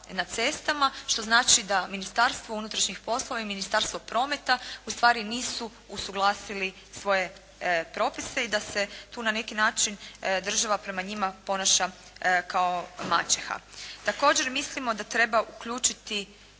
na cestama, što znači da Ministarstvo unutrašnjih poslova i Ministarstvo prometa ustvari nisu usuglasili svoje propise i da se tu na neki način država ponaša kao maćeha. Također mislimo da treba uključiti